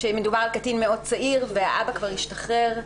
שמדובר בקטין צעיר מאוד והאבא כבר השתחרר.